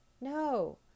No